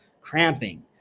Cramping